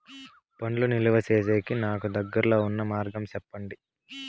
పండ్లు నిలువ సేసేకి నాకు దగ్గర్లో ఉన్న మార్గం చెప్పండి?